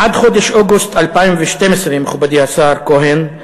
עד חודש אוגוסט 2012, מכובדי השר כהן,